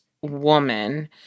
woman